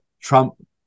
Trump